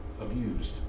abused